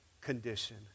condition